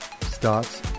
starts